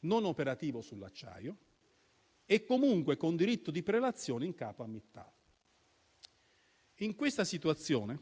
non operativo sull'acciaio e comunque con diritto di prelazione in capo a Mittal. In questa situazione,